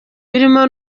birimo